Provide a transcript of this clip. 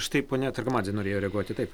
štai ponia targamadzė norėjo reaguoti taip